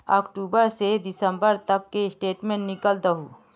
अक्टूबर से दिसंबर तक की स्टेटमेंट निकल दाहू?